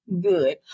Good